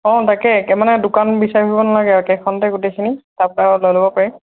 অঁ তাকে একে মানে দোকান বিচাৰিব ফুৰিব নালাগে আৰু একেখনতে গোটেইখিনি তাৰ পৰাই লৈ ল'ব পাৰি